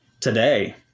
today